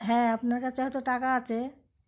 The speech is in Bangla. হ্যাঁ আপনার কাছে হয়তো টাকা আছে